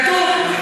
כתוב.